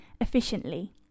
efficiently